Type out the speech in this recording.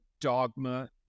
dogma